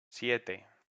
siete